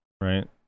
Right